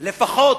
לפחות,